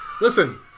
Listen